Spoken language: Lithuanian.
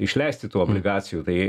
išleisti tų obligacijų tai